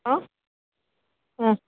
ഓ ആ